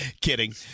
Kidding